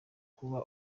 kuba